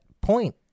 point